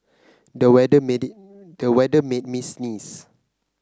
the weather made the weather made me sneeze